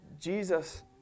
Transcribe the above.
Jesus